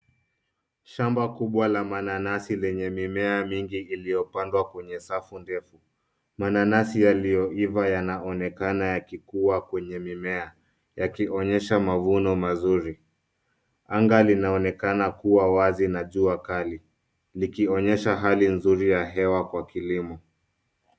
Shamba kubwa la mananasi lenye mimea mingi iliyopandwa kwenye safu ndefu, mananasi yaliyoiva yanaonekana yakikua kwenye mimea yakionyesha mavuno mazuri ,anga linaonekana kuwa wazi najua kali likionyesha hali nzuri ya hewa kwa kilimo.